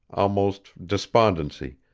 almost despondency,